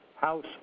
House